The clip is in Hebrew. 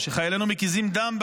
התעלמתם ואתם ממשיכים להתעלם.